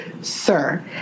sir